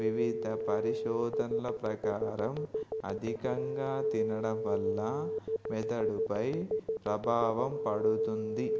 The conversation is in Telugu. వివిధ పరిశోధనల ప్రకారం అధికంగా తినడం వల్ల మెదడుపై ప్రభావం పడుతుంది